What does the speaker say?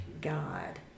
God